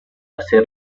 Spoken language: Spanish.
hacer